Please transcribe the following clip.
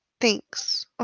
Thanks